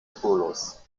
spurlos